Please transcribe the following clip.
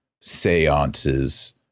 seances